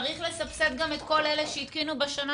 צריך לסבסד גם את אלה שהתקינו בשנה